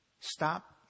Stop